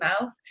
mouth